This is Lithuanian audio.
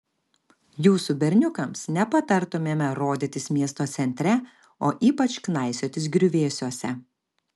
jūsų berniukams nepatartumėme rodytis miesto centre o ypač knaisiotis griuvėsiuose